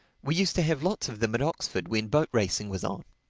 we used to have lots of them at oxford when boat-racing was on.